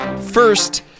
first